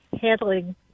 handling